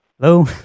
Hello